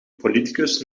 politicus